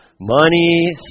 money